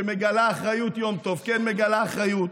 שמגלה אחריות, יום טוב, כן, מגלה אחריות,